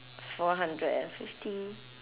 four hundred and fifty